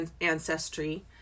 ancestry